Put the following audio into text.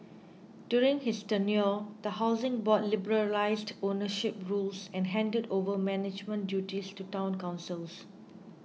during his tenure the Housing Board liberalised ownership rules and handed over management duties to Town Councils